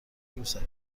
روسری